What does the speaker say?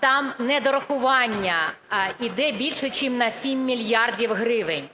там недорахування йде більше чим на 7 мільярдів гривень.